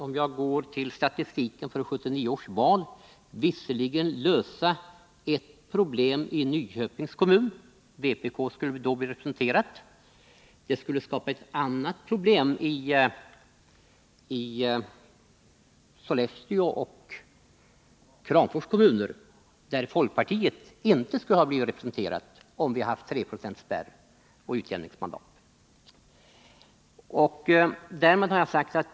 Om jag går till statistiken för 1979 års val skulle det visserligen lösa ett problem i Nyköpings kommun — vpk skulle då bli representerat — men det skulle skapa ett annat problem i Sollefteå och Kramfors kommuner, där folkpartiet inte skulle ha blivit representerat om vi haft treprocentsspärr och utjämningsmandat.